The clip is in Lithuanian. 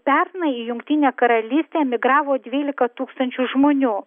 pernai į jungtinę karalystę emigravo dvylika tūkstančių žmonių